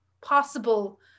possible